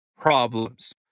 problems